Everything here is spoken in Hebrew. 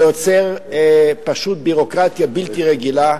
זה יוצר פשוט ביורוקרטיה בלתי רגילה.